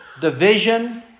division